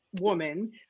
woman